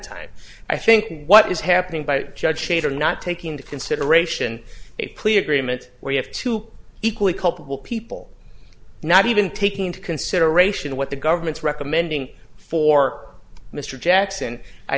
time i think what is happening by judge shader not taking into consideration a plea agreement where you have two equally culpable people not even taking into consideration what the government's recommending for mr jackson i